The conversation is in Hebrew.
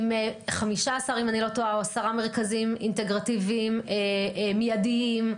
עם 15 או 10 מרכזים אינטגרטיביים מיידיים,